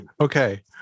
Okay